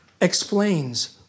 explains